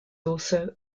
also